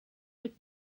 wyt